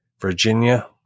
Virginia